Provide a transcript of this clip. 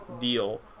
deal